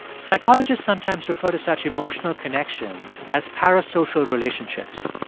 psychologist sometimes refer to such emotional connections as parasocial relationships,